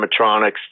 animatronics